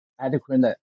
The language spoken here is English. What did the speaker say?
adequate